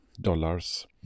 dollars